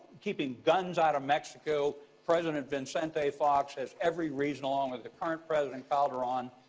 keeping guns out of mexico, president vicente fox has every reason, along with the current president calderon,